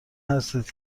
هستید